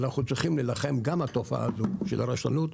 ואנחנו צריכים להילחם גם בתופעה הזאת של הרשלנות.